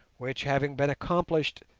which having been accomplished,